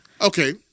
Okay